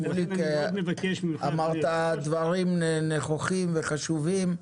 שמוליק, אמרת דברים נכוחים וחשובים.